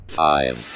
five